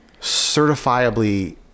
certifiably